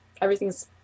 everything's